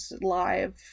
live